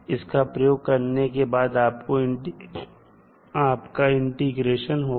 इसका प्रयोग करने के बाद आपका इंटीग्रेशन होगा